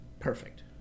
Perfect